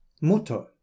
Mutter